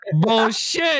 Bullshit